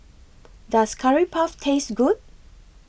Does Curry Puff Taste Good